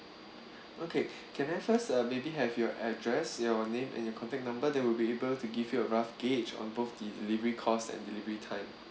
okay can I first uh maybe have your address your name and your contact number then we'll be able to give you a rough gauge on both the delivery costs and delivery time